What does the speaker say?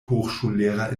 hochschullehrer